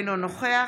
אינו נוכח